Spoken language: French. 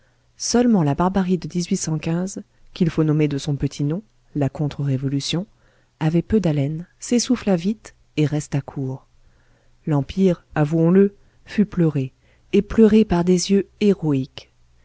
seulement la barbarie de qu'il faut nommer de son petit nom la contre révolution avait peu d'haleine s'essouffla vite et resta court l'empire avouons-le fut pleuré et pleuré par des yeux héroïques